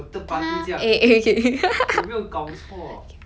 他 eh eh okay okay